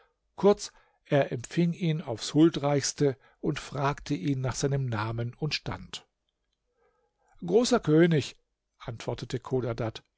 kurz er empfing ihn aufs huldreichste und fragte ihn nach seinem namen und stand großer könig antwortete